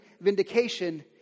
vindication